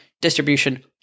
distribution